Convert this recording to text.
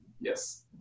Yes